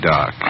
Doc